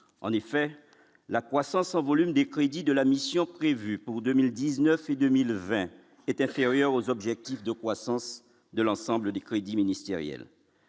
en effet la croissance en volume des crédits de la mission, prévue pour 2000 19 et 2020, est inférieur aux objectifs de croissance de l'ensemble des crédits ministériels,